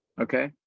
Okay